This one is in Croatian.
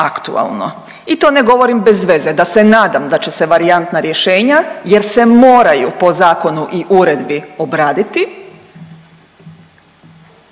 I to ne govorim bez veze da se nadam da će se varijantna rješenja jer se moraju po zakonu i uredu obraditi